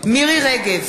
מירי רגב,